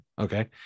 Okay